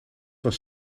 was